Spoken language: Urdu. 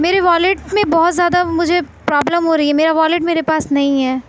میرے والٹ میں بہت زیادہ مجھے پرابلم ہو رہی ہے میرا والٹ میرے پاس نہیں ہے